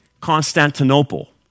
Constantinople